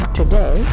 today